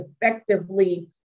effectively